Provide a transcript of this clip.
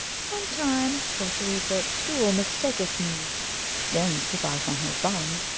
sometime for three-foot stool mistaketh me then slip i from her bum,